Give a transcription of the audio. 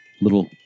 little